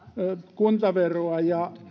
kuntaveroa ja